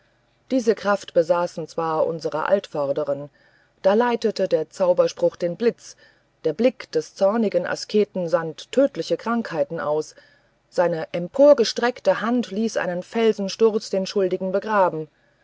diese kraft besaßen zwar unsere altvordern da leitete der zauberspruch den blitz der blick des zornigen asketen sandte tödliche krankheit aus seine emporgestreckte hand ließ einen felsensturz den schuldigen begraben